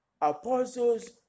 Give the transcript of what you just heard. apostles